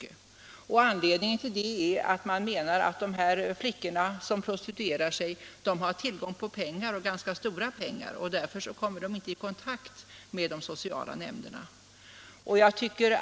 Anledningen till det är, menar man, att de flickor som prostituerar sig har tillgång till pengar, och ganska stora pengar, och därför inte söker kontakt med de sociala nämnderna.